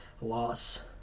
loss